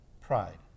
Pride